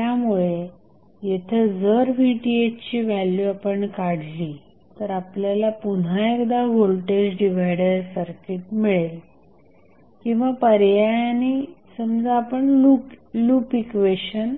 त्यामुळे येथे जर VTh ची व्हॅल्यू आपण काढली तर आपल्याला पुन्हा एकदा व्होल्टेज डिव्हायडर सर्किट मिळेल किंवा पर्यायाने समजा आपण लूप इक्वेशन